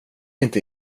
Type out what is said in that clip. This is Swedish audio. inte